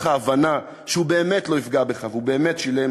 ההבנה שהוא באמת לא יפגע בך והוא באמת שילם